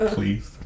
Please